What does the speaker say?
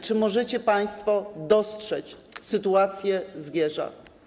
Czy możecie państwo dostrzec sytuację Zgierza?